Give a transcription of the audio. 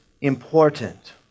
important